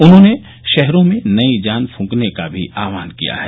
उन्होंने शहरों में नई जान फूंकने का भी आहवान किया है